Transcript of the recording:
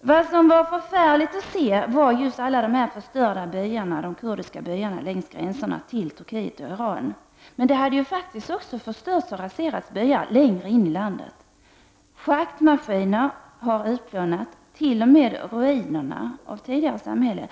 Något som var förfärligt att se var just alla de förstörda kurdiska byarna längs gränserna till Turkiet och Iran. Men det hade faktiskt även förstörts och raserats byar längre in i landet. Schaktmaskiner har utplånat t.o.m. ruinerna av tidigare samhällen.